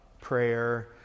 prayer